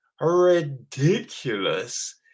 ridiculous